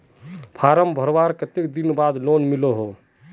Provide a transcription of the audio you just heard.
Form भरवार कते दिन बाद लोन मिलोहो होबे?